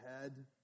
head